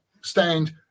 stand